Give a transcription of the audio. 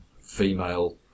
female